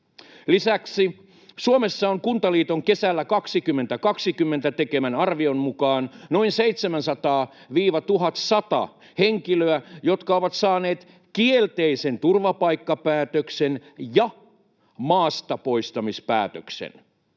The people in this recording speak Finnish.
Lisäksi Suomessa on Kuntaliiton kesällä 2020 tekemän arvion mukaan noin 700–1 100 henkilöä, jotka ovat saaneet kielteisen turvapaikkapäätöksen ja maastapoistamispäätöksen.